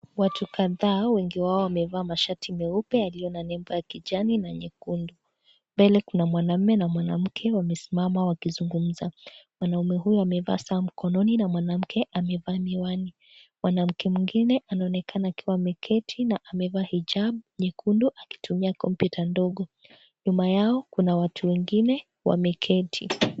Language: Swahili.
Watu kadhaa wengi wao wamevaa mashati meupe yaliyo na nembo ya kijani na nyekundu. Mbele kuna mwanaume na mwanamke wamesimama wakizungumza . Mwanaume huyu amevaa saa mkononi na mwanamke amevaa miwani , mwanamke mwingine anaonekana akiwa ameketi na amevaa hijab nyekundu akitumia kompyuta ndogo. Nyuma yao kuna watu wengine wameketi.